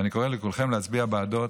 ואני קורא לכולכם להצביע בעדו.